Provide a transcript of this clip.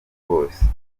bwose